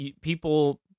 people